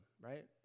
right